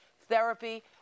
therapy